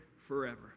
forever